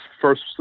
first